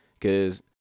Cause